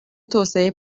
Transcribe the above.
توسعه